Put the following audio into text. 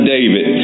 David